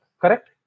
correct